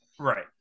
right